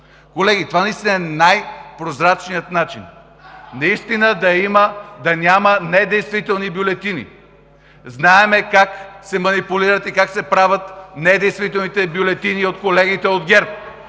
Колеги, това е най-прозрачният начин, за да няма недействителни бюлетини. Знаем как се манипулират и как се правят недействителните бюлетини от колегите от ГЕРБ.